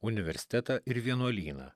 universitetą ir vienuolyną